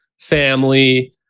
family